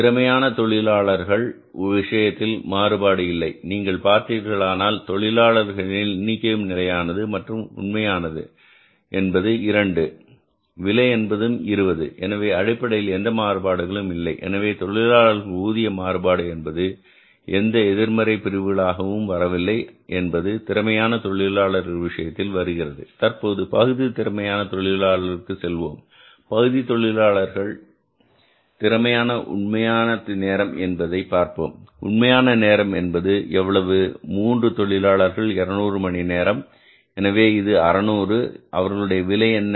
திறமையான தொழிலாளர்கள் விஷயத்தில் மாறுபாடு இல்லை நீங்கள் பார்த்தீர்களானால் தொழிலாளர் எண்ணிக்கையிலும் நிலையானது மற்றும் உண்மையானது என்பது 2 விலை என்பதும் 20 எனவே அடிப்படையில் எந்த மாறுபாடுகளும் இல்லை எனவே தொழிலாளர் ஊதிய மாறுபாடு என்பது எந்த எதிர்மறை பிரிவுகளாக வரவில்லை என்பது திறமையான தொழிலாளர் விஷயத்தில் வருகிறது தற்போது பகுதி திறமையான தொழிலாளர்களுக்கு செல்வோம் பகுதி தொழிலாளர்கள் திறமையான உண்மையான நேரம் என்பதை பார்ப்போம் உண்மையான நேரம் என்பது எவ்வளவு 3 தொழிலாளர்கள் 200 மணி நேரம் எனவே இது 600 அவர்களுடைய விலை என்ன